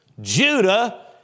Judah